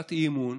הצעת אי-אמון